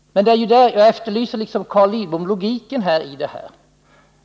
Jag efterlyser, liksom Carl Lidbom, logiken här.